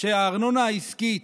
שהארנונה העסקית,